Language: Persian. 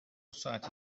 ساعته